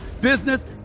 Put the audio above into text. business